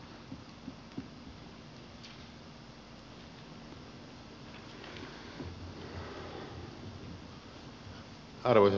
arvoisa puhemies